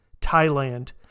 Thailand